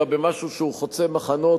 אלא במשהו שחוצה מחנות,